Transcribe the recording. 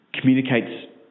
communicates